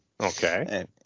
Okay